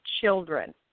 children